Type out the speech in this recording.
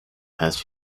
past